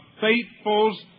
faithful's